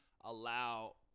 allow